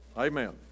Amen